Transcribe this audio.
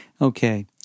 Okay